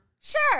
Sure